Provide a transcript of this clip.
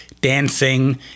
dancing